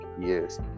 years